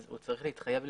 הוא צריך להתחייב לפעול.